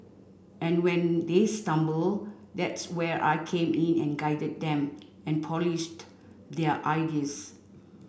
and when they stumble that's where I came in and guided them and polished their ideas